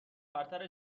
برتر